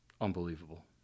unbelievable